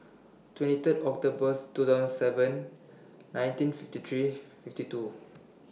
twenty Third October's two thousand seven nineteen fifty three fifty two